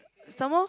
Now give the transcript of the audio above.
some more